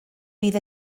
bydd